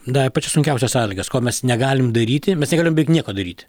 davė pačias sunkiausias sąlygas ko mes negalim daryti mes negalim nieko daryt